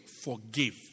forgive